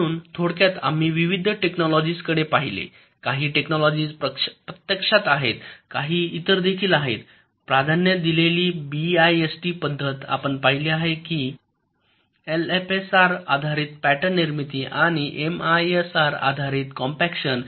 म्हणून थोडक्यात आम्ही विविध टेक्नॉलॉजिस कडे पाहिले काही टेक्नॉलॉजिस प्रत्यक्षात आहेत काही इतर देखील आहेत प्राधान्य दिलेली बीआयएसटी पद्धत आपण पाहिली आहे की एलएफएसआर आधारित पॅटर्न निर्मिती आणि एमआयएसआर आधारित कॉम्पॅक्शन